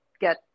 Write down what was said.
get